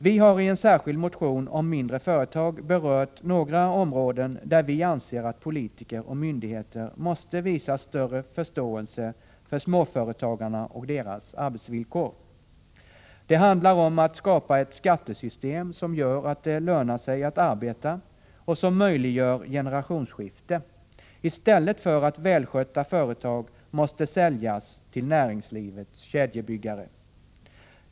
Vi hari en särskild motion om mindre företag berört några områden, där vi anser att politiker och myndigheter måste visa större förståelse för småföretagarna och deras arbetsvillkor. Det handlar om att skapa ett skattesystem, som gör att det lönar sig att arbeta och som möjliggör ett generationsskifte i stället för att välskötta företag måste säljas till näringslivets kedjebyggare.